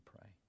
pray